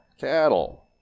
cattle